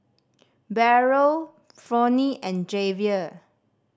Beryl Fronie and Javier